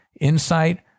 insight